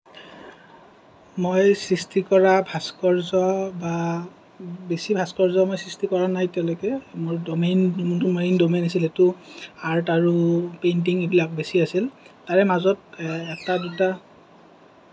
মই সৃষ্টি কৰা ভাস্কৰ্য্য় বা বেছি ভাস্কৰ্য্য় মই সৃষ্টি কৰা নাই এতিয়ালৈকে মোৰ ড'মেইন যোনটো মেইন ড'মেইন হৈছিলে সেইটো আৰ্ট আৰু পেইন্টিং এইবিলাক বেছি আছিল তাৰে মাজত এটা দুটা